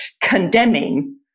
condemning